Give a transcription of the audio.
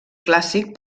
clàssic